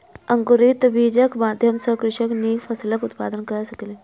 अंकुरित बीजक माध्यम सॅ कृषक नीक फसिलक उत्पादन कय सकै छै